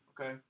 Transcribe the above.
Okay